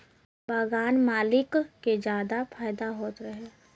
बगान मालिक के जादा फायदा होत रहे